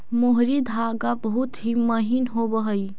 मोहरी धागा बहुत ही महीन होवऽ हई